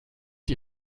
die